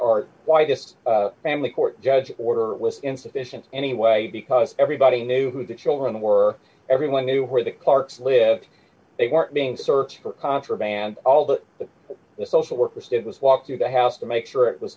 are why this family court judge order was insufficient anyway because everybody knew who the children were everyone knew where the clarks lived they weren't being searched for contraband all the social workers did was walk through the house to make sure it was